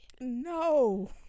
No